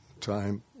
time